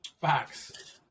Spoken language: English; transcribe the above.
Facts